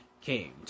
came